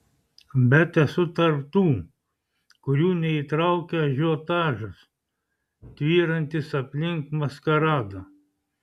bet esu tarp tų kurių neįtraukia ažiotažas tvyrantis aplink maskaradą